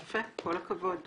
יפה, כל הכבוד.